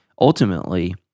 Ultimately